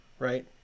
Right